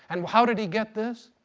and how did he get this?